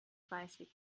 dreißig